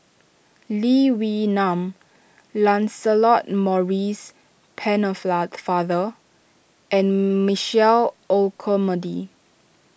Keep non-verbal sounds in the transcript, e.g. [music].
Lee Wee Nam Lancelot Maurice [unintelligible] father and Michael Olcomendy